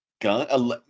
gun